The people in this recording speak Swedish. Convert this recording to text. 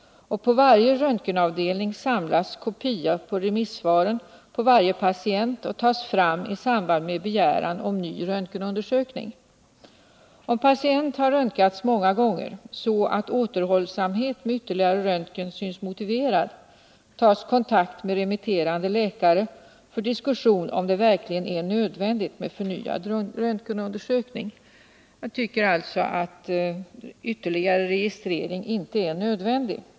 På varje röntgenavdelning samlas kopior av remissvaren för varje patient och tas fram i samband med begäran om ny röntgenundersökning. Om patient har röntgats många gånger så att återhållsamhet med ytterligare röntgen synes motiverad, tas kontakt med remitterande läkare för diskussion om det verkligen är nödvändigt med förnyad röntgenundersökning. Jag tycker alltså att ytterligare registrering inte är nödvändig.